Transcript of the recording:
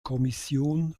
kommission